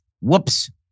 Whoops